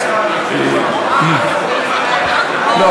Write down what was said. מכלוף זה מיכאל.